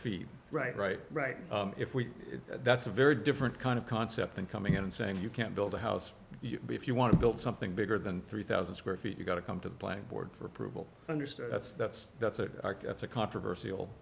feet right right right if we that's a very different kind of concept than coming in and saying you can't build a house you be if you want to build something bigger than three thousand square feet you've got to come to blackboard for approval understood that's that's that's a that's a controversial